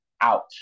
out